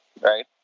right